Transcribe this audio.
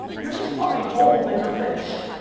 you're just fucking old and you're finished.